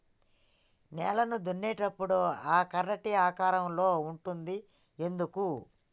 నేలను దున్నేటప్పుడు ఆ కర్ర టీ ఆకారం లో ఉంటది ఎందుకు?